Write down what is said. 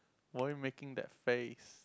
why you making that face